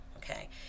okay